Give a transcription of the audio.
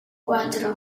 cuatro